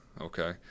okay